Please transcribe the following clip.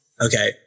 Okay